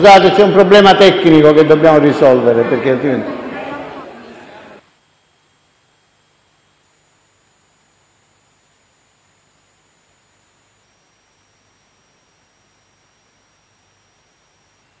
Scusate, ma c'è un problema tecnico che dobbiamo risolvere.